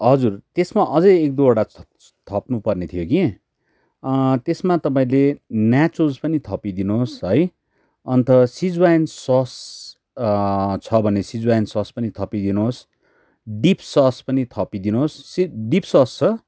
हजुर त्यसमा अझै एक दुईवटा थप्नुपर्ने थियो कि त्यसमा तपाईँले न्याचोज पनि थपिदिनोस् है अन्त सिजवाइन सस छ भने सिजवाइन सस पनि थपिदिनोस् डिप सस पनि थपिदिनोस् डिप सस छ